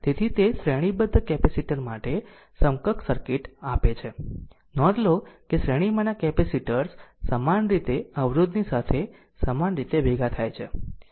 તેથી તે શ્રેણીબદ્ધ કેપેસિટર માટે સમકક્ષ સર્કિટ આપે છે નોંધ લો કે શ્રેણીમાંના કેપેસિટર્સ સમાન રીતે અવરોધની સાથે સમાન રીતે ભેગા થાય છે